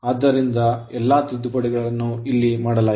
ಆದ್ದರಿಂದ ಎಲ್ಲಾ ತಿದ್ದುಪಡಿಗಳನ್ನು ಮಾಡಲಾಗಿದೆ